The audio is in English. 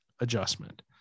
adjustment